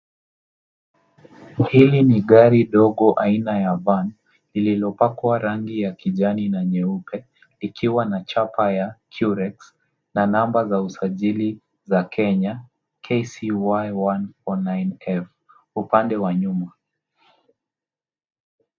Hili ni gari dogo aina ya van ililopakwa rangi ya kijani na nyeupe ikiwa na chapa ya Curex na namba za usajili za Kenya KCY 109F upande wa nyuma.